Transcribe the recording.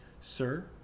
Sir